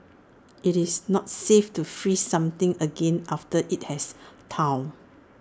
it's not safe to freeze something again after IT has thawed